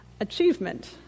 Achievement